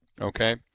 okay